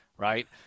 Right